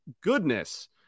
goodness